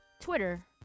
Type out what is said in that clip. Twitter